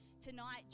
tonight